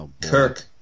Kirk